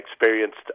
experienced